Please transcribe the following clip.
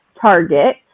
target